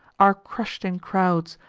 are crush'd in crowds,